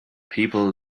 people